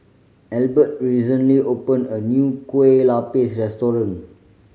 Albert recently opene a new Kueh Lapis restaurant